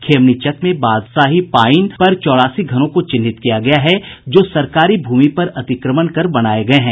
खेमनीचक में बादशाही पईन पर चौरासी घरों को चिन्हित किया गया है जो सरकारी भूमि पर अतिक्रमण कर बनाये गये हैं